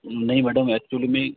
नहीं madam actually में